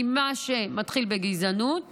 כי מה שמתחיל בגזענות